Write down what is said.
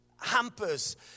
hampers